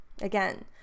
again